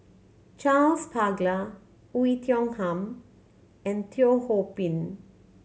Charles Paglar Oei Tiong Ham and Teo Ho Pin